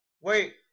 Wait